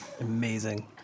Amazing